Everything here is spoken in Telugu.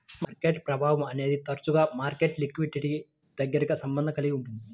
మార్కెట్ ప్రభావం అనేది తరచుగా మార్కెట్ లిక్విడిటీకి దగ్గరి సంబంధం కలిగి ఉంటుంది